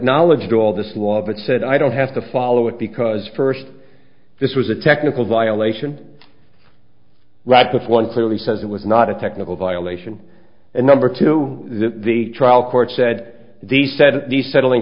knowledge to all this law that said i don't have to follow it because first this was a technical violation radcliff one clearly says it was not a technical violation and number two the trial court said the said the settling